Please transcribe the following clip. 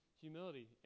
humility